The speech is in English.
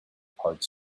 part